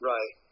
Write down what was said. Right